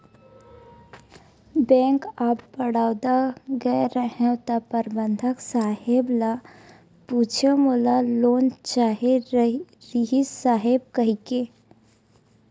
bank of Baroda गेंव रहेव त परबंधक साहेब ल पूछेंव मोला लोन चाहे रिहिस साहेब कहिके